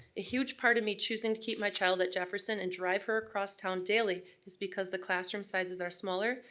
a huge part of me choosing to keep my child at jefferson and drive her across town daily was because the classroom sizes are smaller,